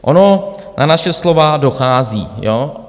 Ono na naše slova dochází, ano?